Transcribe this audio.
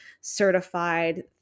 certified